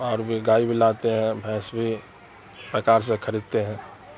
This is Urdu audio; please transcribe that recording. اور بھی گائے بھی لاتے ہیں بھینس بھی پیکار سے خریدتے ہیں